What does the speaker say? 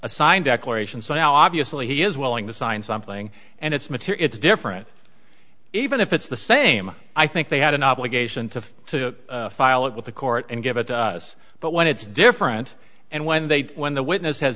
a signed declaration so obviously he is willing to sign something and it's mature it's different even if it's the same i think they had an obligation to to file it with the court and give it to us but when it's different and when they when the witness has